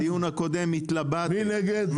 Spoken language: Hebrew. מי נגד?